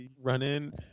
running